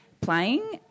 playing